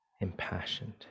impassioned